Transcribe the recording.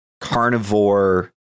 carnivore